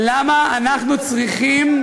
למה אנחנו צריכים,